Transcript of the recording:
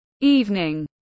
evening